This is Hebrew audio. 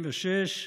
56,